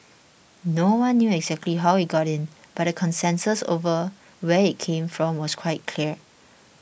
no one knew exactly how it got in but the consensus over where it came from was quite clear